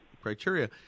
criteria